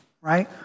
right